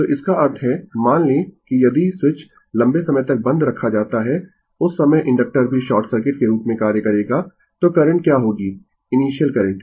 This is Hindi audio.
तो इसका अर्थ है मान लें कि यदि स्विच लंबे समय तक बंद रखा जाता है उस समय इंडक्टर भी शॉर्ट सर्किट के रूप में कार्य करेगा तो करंट क्या होगी इनीशियल करंट